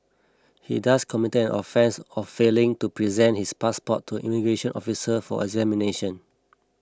he thus committed offence of failing to present his passport to immigration officer for examination